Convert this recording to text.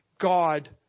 God